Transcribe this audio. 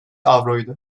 avroydu